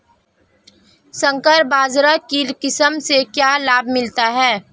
संकर बाजरा की किस्म से क्या लाभ मिलता है?